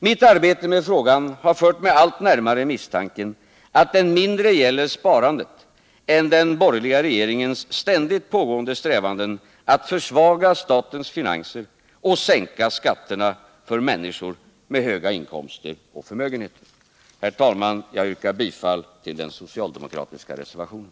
Mitt arbete med frågan har fört mig allt närmare misstanken att det mindre gäller sparandet än den borgerliga regeringens ständigt pågående strävanden att försvaga statens finanser samt sänka skatterna för människor med höga inkomster och förmögenheter. Herr talman! Jag yrkar bifall till den socialdemokratiska reservationen.